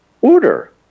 order